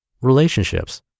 Relationships